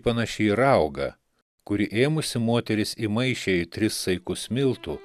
panaši į raugą kuri ėmusi moteris įmaišė į tris saikus miltų